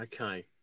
okay